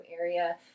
area